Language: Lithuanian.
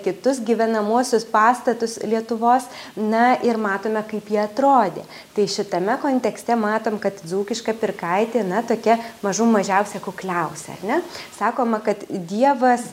kitus gyvenamuosius pastatus lietuvos na ir matome kaip jie atrodė tai šitame kontekste matom kad dzūkiška pirkaitė na tokia mažų mažiausia kukliausia ar ne sakoma kad dievas